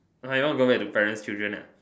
!huh! you want to go back to parent's children ah